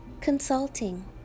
consulting